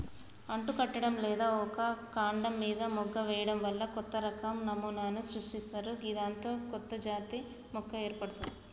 అంటుకట్టడం లేదా ఒక కాండం మీన మొగ్గ వేయడం వల్ల కొత్తరకం నమూనాను సృష్టిస్తరు గిదాంతో కొత్తజాతి మొక్క ఏర్పడ్తది